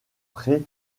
pré